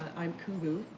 i'm cuc vu.